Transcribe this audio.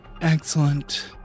excellent